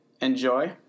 enjoy